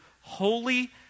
holy